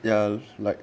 ya like